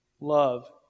love